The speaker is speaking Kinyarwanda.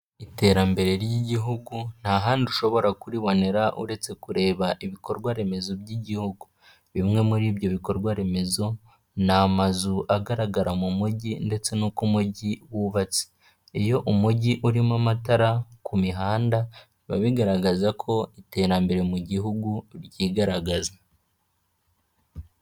Iterambere ry'igihugu nta handi ushobora kuribonera, uretse kureba ibikorwa remezo by'igihugu. Bimwe muri ibyo bikorwa remezo, ni amazu agaragara mu mujyi ndetse n'uko umujyi wubatse. Iyo umujyi urimo amatara ku mihanda, biba bigaragaza ko iterambere mu gihugu ryigaragaza.